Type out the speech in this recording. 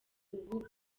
ubu